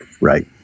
right